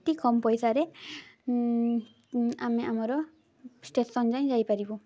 ଅତି କମ୍ ପଇସାରେ ଆମେ ଆମର ଷ୍ଟେସନ୍ ଯାଏଁ ଯାଇପାରିବୁ